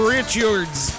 Richards